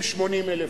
70,000,